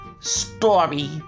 story